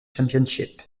championship